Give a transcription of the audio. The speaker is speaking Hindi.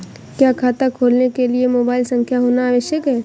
क्या खाता खोलने के लिए मोबाइल संख्या होना आवश्यक है?